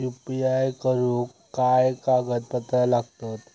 UPI करुक काय कागदपत्रा लागतत?